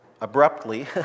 abruptly